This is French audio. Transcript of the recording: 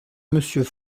monsieur